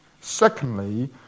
Secondly